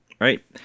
right